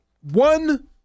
One